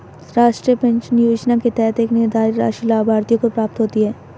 राष्ट्रीय पेंशन योजना के तहत एक निर्धारित राशि लाभार्थियों को प्राप्त होती है